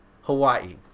hawaii